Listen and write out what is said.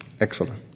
Excellent